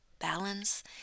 balance